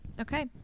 okay